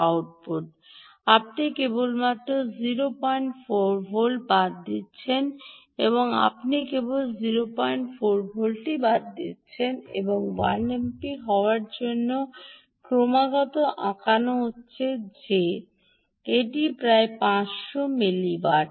আপনি কেবলমাত্র 05 ভোল্ট বাদ দিচ্ছেন আপনি কেবল 05 ভোল্ট বাদ দিচ্ছেন এবং 1 এমপি হওয়ার জন্য ক্রমাগত আঁকানো হচ্ছে যে এটি প্রায় 500 মিল ওয়াট